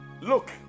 Look